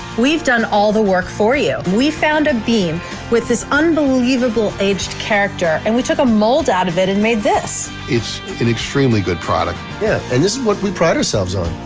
we've done all the work for you we found a beam with this unbelievable aged character and we took a mold out of it and made this. it's an extremely good product. yeah and this is what we pride ourselves on.